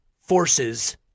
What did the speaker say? forces